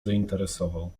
zainteresował